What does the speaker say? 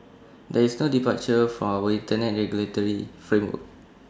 there is no departure from our Internet regulatory framework